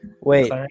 Wait